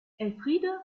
elfriede